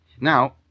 Now